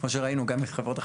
כמו שראינו גם עם חברות החלוקה,